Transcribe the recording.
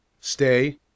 Stay